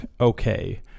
okay